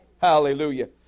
Hallelujah